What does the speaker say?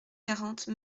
quarante